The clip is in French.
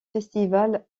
festivals